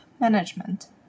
Management